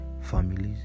families